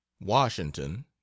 washington